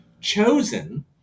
chosen